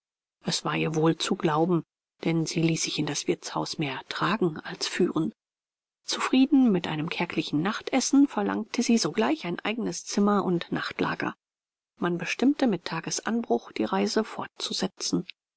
es war ihr wohl zu glauben denn sie ließ sich in das wirtshaus mehr tragen als führen zufrieden mit einem kärglichen nachtessen verlangte sie zugleich ein eigenes zimmer und nachtlager man bestimmte mit tagesanbruch die reise fortzusetzen